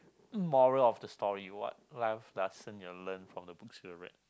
moral of the story what life lesson you have learnt from the books you have read